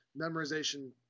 memorization